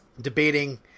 debating